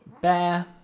bear